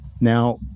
Now